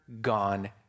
gone